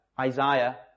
Isaiah